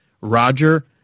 Roger